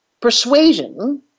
Persuasion